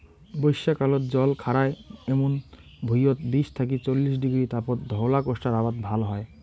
বইষ্যাকালত জল খাড়ায় এমুন ভুঁইয়ত বিশ থাকি চল্লিশ ডিগ্রী তাপত ধওলা কোষ্টার আবাদ ভাল হয়